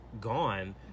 gone